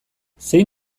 zein